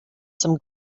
some